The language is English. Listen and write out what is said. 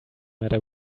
matter